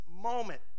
moment